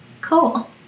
Cool